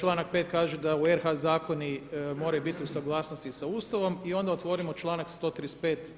Članak 5. kaže da u RH zakoni moraju biti u suglasnosti sa Ustavom i onda otvorimo članak 135.